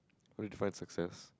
we try access